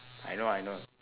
I know I know